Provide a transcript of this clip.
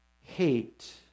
hate